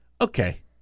Okay